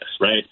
right